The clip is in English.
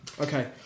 Okay